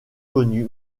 connue